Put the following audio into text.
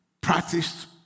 practiced